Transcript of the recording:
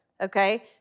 okay